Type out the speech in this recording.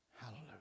Hallelujah